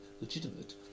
legitimate